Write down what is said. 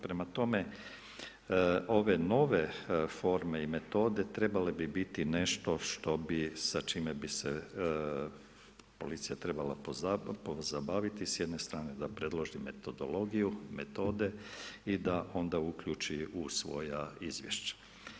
Prema tome, ove nove forme i metode trebale bi biti nešto što bi, sa čime bi se policija trebala zabaviti, s jedne strane da predloži metodologiju, metode i da onda uključi u svoj izvješća.